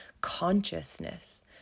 consciousness